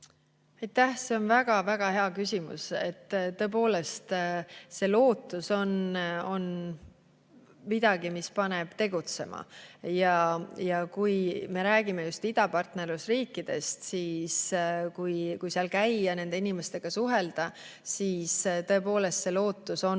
See on väga hea küsimus. Tõepoolest, lootus on midagi, mis paneb tegutsema. Ja kui me räägime idapartnerluse riikidest, siis kui seal käia, nende inimestega suhelda, siis tõepoolest see lootus on